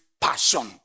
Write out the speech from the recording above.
passion